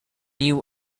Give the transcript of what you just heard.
you